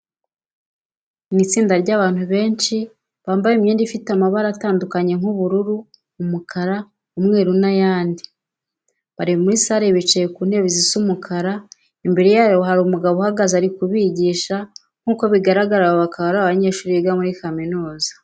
Ni itsinda ry'abandu benshi bambaye imyenda ifite amabara atandukanye nk'ubururu, umukara, umweru n'ayandi. Bari muri sale nini bicaye ku ntebe zisa umukara, imbere yabo hari umugabo uhahagaze uri kubigisha. Nkuko bigaragara aba bakaba ari abanyeshuri biga muri kaminuza.